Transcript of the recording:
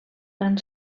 tan